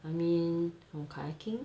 I mean from kayaking